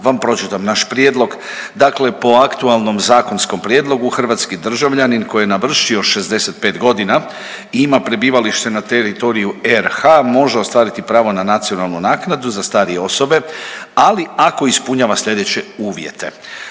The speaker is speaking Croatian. vam pročitam naš prijedlog, dakle po aktualnom zakonskom prijedlogu, hrvatski državljanin koji je navršio 65 godina i ima prebivalište na teritoriju RH može ostvariti pravo na nacionalnu naknadu za starije osobe, ali ako ispunjava sljedeće uvjete,